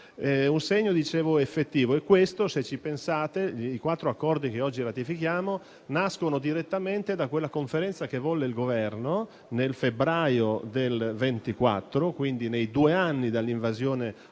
un segno effettivo e, se ci pensate, i quattro accordi che oggi ratifichiamo nascono direttamente da quella conferenza che volle il Governo nel febbraio 2024, a due anni dall'invasione russa